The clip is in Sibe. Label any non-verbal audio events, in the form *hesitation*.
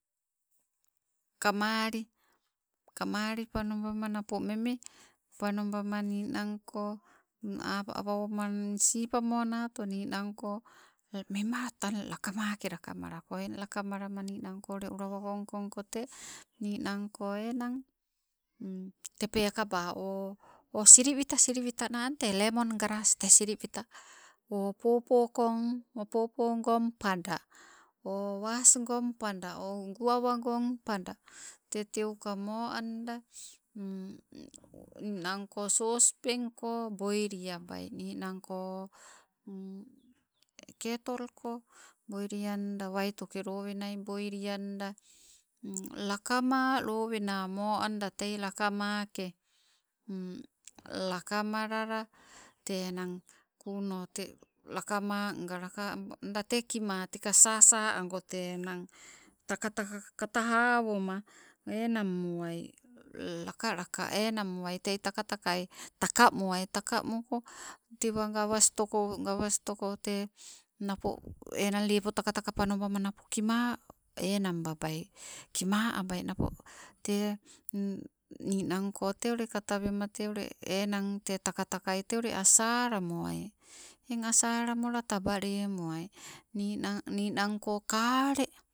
Kamaali, kamaali panobama napo memee, panobama ninangko, apama nii sipamonato memaa tang laka maake lakamalako. Eng lakamallama ninanko olowa komukomuko tee nii nangko enang, *hesitation* tee pekaba, o siliwita, siliwita na ami tee? Enang o ami o lemon grass, o pawpaw kong gong pada, o wasi gong gonna pada, o guwawagong pada, te teuka mo anda, *hesitation* ninang ko sospen ko boiliabai ninangko *hesitation* ketol go boilianda, waitoke lowenai boli anda, *hesitation* lakama lowenai mooo anda tei lakamake *hesitation* laka malala te enang kuunoo te lakama nga laka banda tei kimaa teka sasa ago tee enang takataka kata awoma enang muai, lakalaka enang muai, tei taka takai taka muai. Taka muko tewa gawestoko, gawastoko te, napo enang lepo takataka panobama napo kima, enang babai kima abai napo tee *hesitation* ninangko tee ule kat a wema tee ule enang tee takatakai tee ule asalamoai, eng asalamola taba lemoai, ninang, ninangko kalee